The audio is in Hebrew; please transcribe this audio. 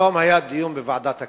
היום היה דיון בוועדת הכנסת.